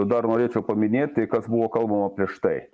dar norėčiau paminėti kas buvo kalbama prieš tai